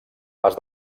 pas